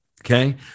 Okay